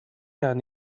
han